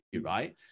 right